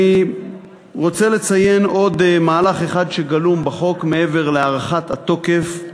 אני רוצה לציין עוד מהלך אחד שגלום בחוק מעבר להארכת התוקף,